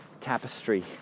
tapestry